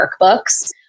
workbooks